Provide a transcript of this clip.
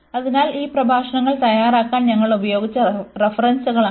അതിനാൽ ഈ പ്രഭാഷണങ്ങൾ തയ്യാറാക്കാൻ ഞങ്ങൾ ഉപയോഗിച്ച റഫറൻസുകളാണ് ഇവ